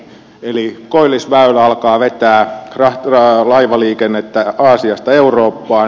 eli koillisväylä alkaa vetää laivaliikennettä aasiasta eurooppaan